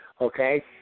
Okay